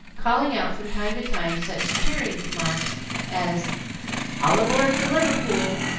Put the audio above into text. calling out from time to time such cheering remarks as all aboard for liverpool!